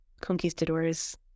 conquistadors